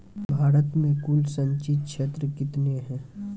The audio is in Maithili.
भारत मे कुल संचित क्षेत्र कितने हैं?